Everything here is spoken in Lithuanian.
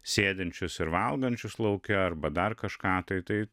sėdinčius ir valgančius lauke arba dar kažką tai